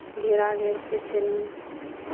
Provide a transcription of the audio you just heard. घेरा घेरि कऽ फेन